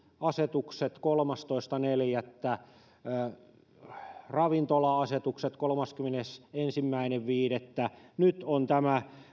asetukset kolmastoista neljättä asti ravintola asetukset kolmaskymmenesensimmäinen viidettä nyt on tämä